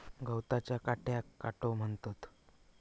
गवताच्या काट्याक काटो म्हणतत